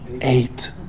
eight